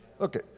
Okay